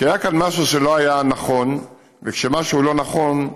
כי היה כאן משהו שלא היה נכון, וכשמשהו לא נכון,